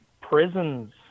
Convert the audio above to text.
prisons